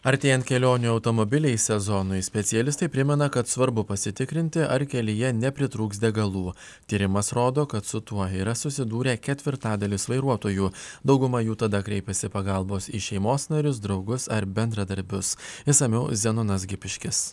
artėjant kelionių automobiliais sezonui specialistai primena kad svarbu pasitikrinti ar kelyje nepritrūks degalų tyrimas rodo kad su tuo yra susidūrę ketvirtadalis vairuotojų dauguma jų tada kreipiasi pagalbos į šeimos narius draugus ar bendradarbius išsamiau zenonas gipiškis